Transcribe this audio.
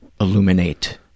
illuminate